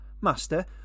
Master